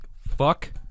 Fuck